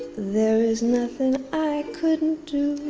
there is nothing i couldn't